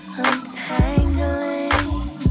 untangling